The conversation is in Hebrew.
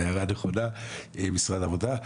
ההערה נכונה, משרד העבודה.